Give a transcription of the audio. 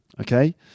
okay